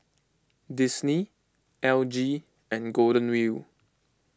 Disney L G and Golden Wheel